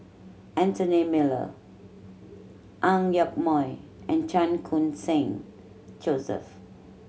Anthony Miller Ang Yoke Mooi and Chan Khun Sing Joseph